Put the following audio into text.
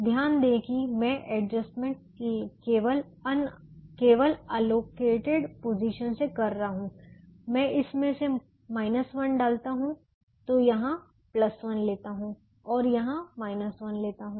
ध्यान दें कि मैं ये एडजस्टमेंट केवल अलोकेटेड पोजीशन से कर रहा हूं मैं इसमें से 1 डाल सकता हूं मैं यहां 1 लेता हूं और मैं यहां 1 लेता हूं